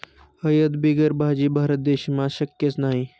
हयद बिगर भाजी? भारत देशमा शक्यच नही